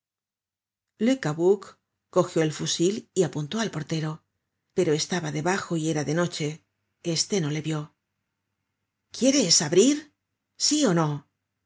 le cabuc cogió el fusil y apuntó al portero pero estaba debajo y era de noche éste no le vió quieres abrir sí ó no